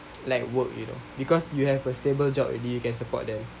like work you know because you have a stable job already you can support them